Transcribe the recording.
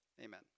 Amen